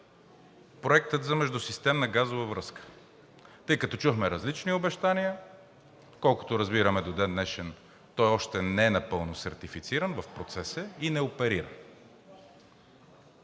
Проектът за Междусистемна газова връзка, тъй като чухме различни обещания. Доколкото разбираме, до ден днешен той още не е напълно сертифициран, в процес е, и не оперира.